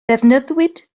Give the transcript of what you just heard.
defnyddiwyd